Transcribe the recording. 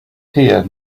here